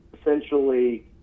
essentially